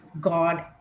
God